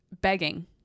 begging